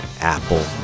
Apple